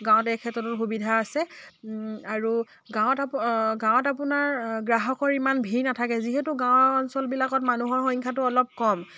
গাঁৱত এই ক্ষেত্ৰতো সুবিধা আছে আৰু গাঁৱত গাঁৱত আপোনাৰ গ্ৰাহকৰ ইমান ভিৰ নাথাকে যিহেতু গাঁও অঞ্চলবিলাকত মানুহৰ সংখ্যাটো অলপ কম